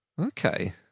Okay